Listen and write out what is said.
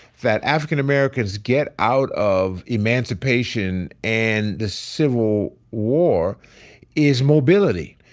that african americans get out of emancipation and the civil war is mobility.